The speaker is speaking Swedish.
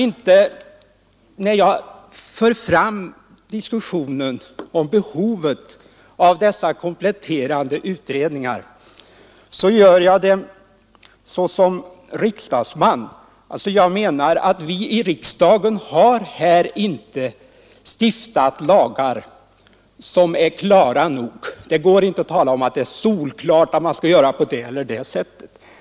När jag talade om behovet av de kompletterande utredningarna gjorde jag det såsom riksdagsman. Jag menar att vi i riksdagen inte stiftat lagar som är klara nog på denna punkt. Det går inte att säga att det är solklart att man skall göra på det ena eller andra sättet.